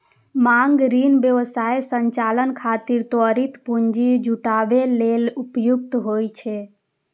मांग ऋण व्यवसाय संचालन खातिर त्वरित पूंजी जुटाबै लेल उपयुक्त होइ छै